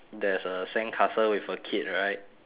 there's a sandcastle with a kid right